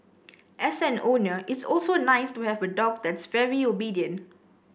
as an owner it's also nice to have a dog that's very obedient